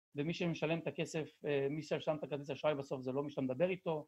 ומי שמשלם את הכסף, מי ששם את ההקדשה בסוף זה לא מי שאתה מדבר איתו